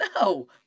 no